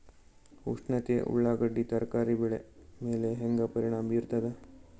ಉಷ್ಣತೆ ಉಳ್ಳಾಗಡ್ಡಿ ತರಕಾರಿ ಬೆಳೆ ಮೇಲೆ ಹೇಂಗ ಪರಿಣಾಮ ಬೀರತದ?